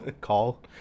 call